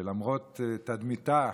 ולמרות תדמיתה,